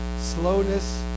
slowness